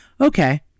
Okay